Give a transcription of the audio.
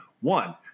one